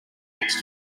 next